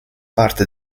parte